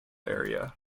area